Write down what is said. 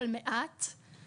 אבל מעט,